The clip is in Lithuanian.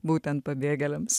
būtent pabėgėliams